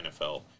NFL